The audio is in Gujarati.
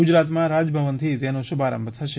ગુજરાતમાં રાજભવનથી તેનો શુભારંભ થશે